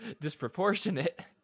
disproportionate